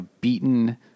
beaten